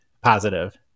positive